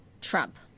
Trump